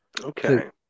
Okay